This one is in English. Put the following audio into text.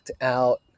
out